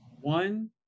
One